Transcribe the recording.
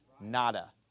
Nada